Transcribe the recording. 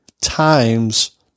times